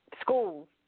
Schools